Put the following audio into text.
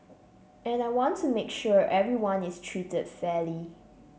and I want to make sure everyone is treated fairly